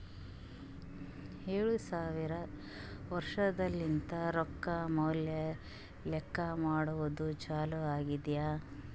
ಏಳು ಸಾವಿರ ವರ್ಷಲಿಂತೆ ರೊಕ್ಕಾ ಮ್ಯಾಲ ಲೆಕ್ಕಾ ಮಾಡದ್ದು ಚಾಲು ಆಗ್ಯಾದ್